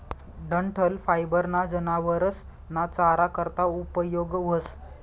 डंठल फायबर ना जनावरस ना चारा करता उपयोग व्हस